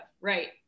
Right